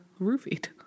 roofied